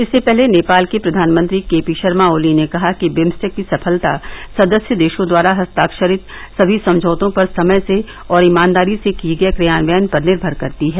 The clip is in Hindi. इससे पहले नेपाल के प्रधानमंत्री के पी शर्मा ओली ने कहा कि बिम्स्टेक की सफलता सदस्य देशों द्वारा हस्ताक्षरित सभी समझौतों पर समय से और ईमानदारी से किये गये क्रियान्वयन पर निर्भर करती है